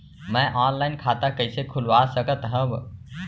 मैं ऑनलाइन खाता कइसे खुलवा सकत हव?